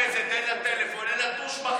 אין לה מדפסת, אין לה טלפון, אין לה טוש מחיק.